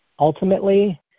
Ultimately